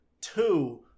Two